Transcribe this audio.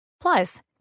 Plus